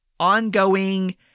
ongoing